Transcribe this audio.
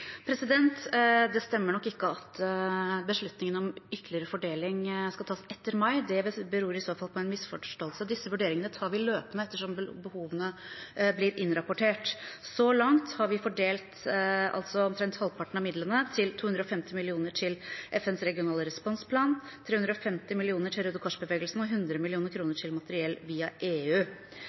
Det stemmer nok ikke at beslutningen om ytterligere fordeling skal tas etter mai. Det beror i så fall på en misforståelse. Disse vurderingene tar vi løpende etter som behovene blir innrapportert. Så langt har vi fordelt omtrent halvparten av midlene, til 250 mill. kr til FNs regionale responsplan, 350 mill. kr til Røde Kors-bevegelsen og 100 mill. kr til materiell via EU.